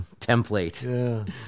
template